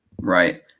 Right